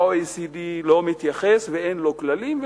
ה-OECD לא מתייחס ואין לו כללים,